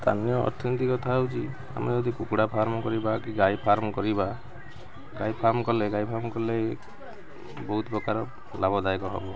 ସ୍ଥାନୀୟ ଅର୍ଥନୀତି କଥା ହେଉଛି ଆମେ ଯଦି କୁକୁଡ଼ା ଫାର୍ମ କରିବା କି ଗାଈ ଫାର୍ମ କରିବା ଗାଈ ଫାର୍ମ କଲେ ଗାଈ ଫାର୍ମ କଲେ ବହୁତ ପ୍ରକାର ଲାଭଦାୟକ ହବ